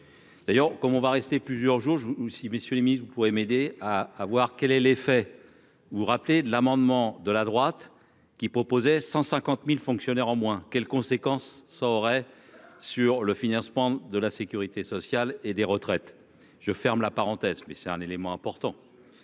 D'ailleurs, comme on va rester plusieurs jours je vous si messieurs les miss, vous pouvez m'aider à, à voir quel est l'effet vous rappelez l'amendement de la droite qui proposait 150.000 fonctionnaires en moins quelles conséquences ça aurait sur le financement de la sécurité sociale et des retraites, je ferme la parenthèse. Mais c'est un élément important.